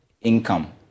income